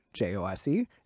jose